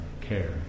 care